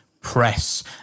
press